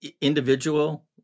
individual